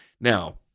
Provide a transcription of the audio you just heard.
Now-